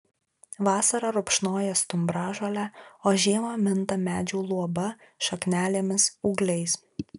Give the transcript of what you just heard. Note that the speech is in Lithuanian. vasarą rupšnoja stumbražolę o žiemą minta medžių luoba šaknelėmis ūgliais